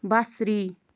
بصری